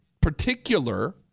particular